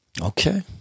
Okay